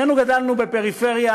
שנינו גדלנו בפריפריה,